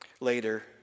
Later